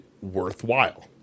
worthwhile